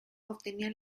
obtenía